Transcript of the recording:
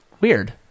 Weird